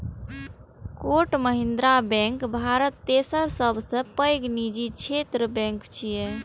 Kotak Mahindra bank Bharat तेसर सबसं पैघ निजी क्षेत्रक बैंक छियै